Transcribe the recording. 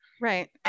right